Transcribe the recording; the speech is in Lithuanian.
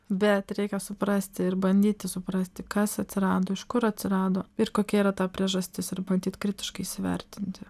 bet reikia suprasti ir bandyti suprasti kas atsirado iš kur atsirado ir kokia yra ta priežastis ir bandyt kritiškai įsivertinti